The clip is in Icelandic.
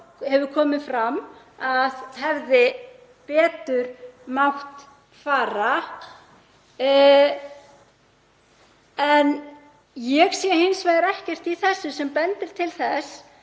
hefur komið fram að hefði betur mátt fara. En ég sé hins vegar ekkert í þessu sem bendir til þess